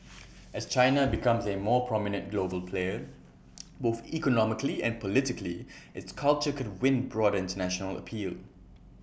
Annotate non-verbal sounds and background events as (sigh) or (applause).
(noise) as China becomes A more prominent global player (noise) both economically and politically its culture could win broader International appeal (noise)